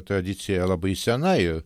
tradicija labai sena ir